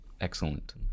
excellent